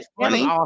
funny